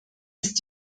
ist